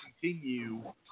continue